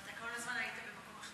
ואתם כל הזמן הייתם במקום,